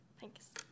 thanks